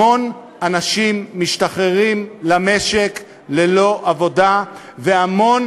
המון אנשים משתחררים למשק ללא עבודה והמון